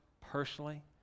personally